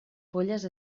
polles